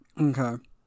Okay